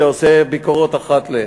שעושה ביקורות אחת ל-.